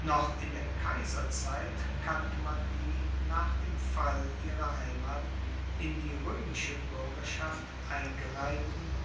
noch in der kaiserzeit kannte man die nach dem fall ihrer heimat in die roemische buergerschaft eingereihten